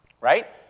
Right